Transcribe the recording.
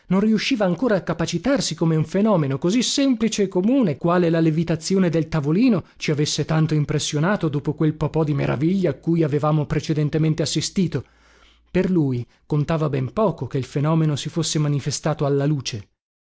non riusciva ancora a capacitarsi come un fenomeno così semplice e comune quale la levitazione del tavolino ci avesse tanto impressionato dopo quel po po di meraviglie a cui avevamo precedentemente assistito per lui contava ben poco che il fenomeno si fosse manifestato alla luce